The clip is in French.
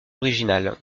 originale